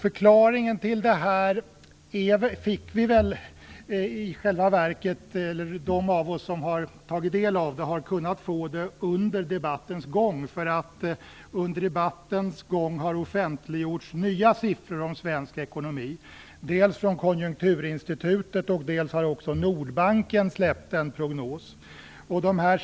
Förklaringen till detta har vi som kunnat ta del av den fått under debattens gång. Det har under debattens gång offentliggjorts nya siffror om svensk ekonomi, dels från Konjunkturinstitutet, dels från Nordbanken som har kommit med en prognos.